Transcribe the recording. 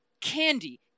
Candy